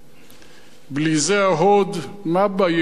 הַרכֶם./ בלי זה ההוד, מה ביקום ערככם?/